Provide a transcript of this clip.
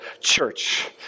church